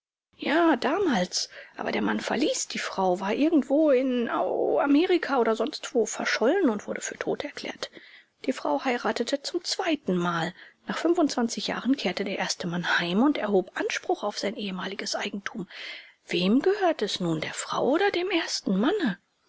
ja damals aber der mann verließ die frau war irgendwo in au amerika oder sonstwo verschollen und wurde für tot erklärt die frau heiratete zum zweiten mal nach fünfundzwanzig jahren kehrte der erste mann heim und erhob anspruch auf sein ehemaliges eigentum wem gehört es nun der frau oder dem ersten manne